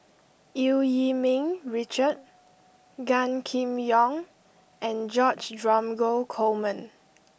Eu Yee Ming Richard Gan Kim Yong and George Dromgold Coleman